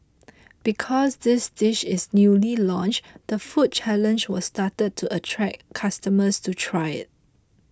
because this dish is newly launched the food challenge was started to attract customers to try it